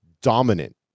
dominant